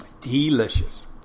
Delicious